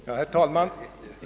Herr talman!